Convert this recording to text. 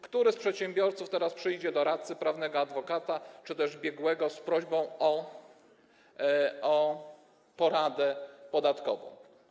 Który z przedsiębiorców teraz przyjdzie do radcy prawnego, adwokata czy też biegłego z prośbą o poradę podatkową?